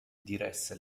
diresse